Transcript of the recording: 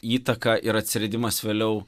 įtaką ir atsiradimas vėliau